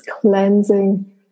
cleansing